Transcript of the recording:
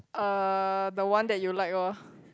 uh the one that you like orh